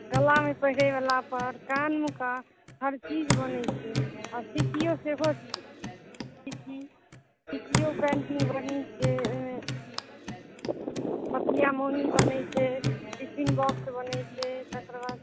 टोला निपैबला पर हर चीज बनै छै और सिक्कियो सेहो छै सिक्कियो पेंटिंग बनै छै पथिया मौनी बनै छै टिफिन बॉक्स बनै छै तकर बाद